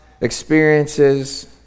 experiences